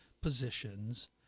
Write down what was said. positions